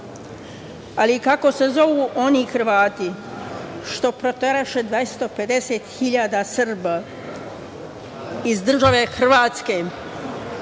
Ali kako se zovu oni Hrvati što proteraše 250.000 Srba iz države Hrvatske